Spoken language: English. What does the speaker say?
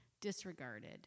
disregarded